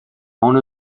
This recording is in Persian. اونو